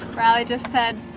riley just said,